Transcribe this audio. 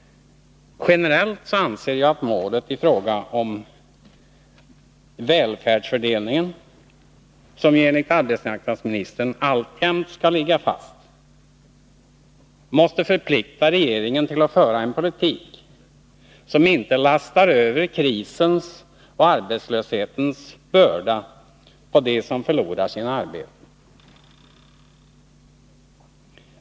Generellt anser jag att målet i fråga om välfärdsfördelningen, som ju enligt arbetsmarknadsministern alltjämt skall ligga fast, måste förplikta regeringen till att föra en politik som inte lastar över krisens och arbetslöshetens börda på dem som förlorar sina arbeten.